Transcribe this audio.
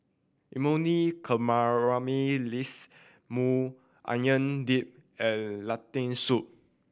Imoni Caramelize Maui Onion Dip and Lentil Soup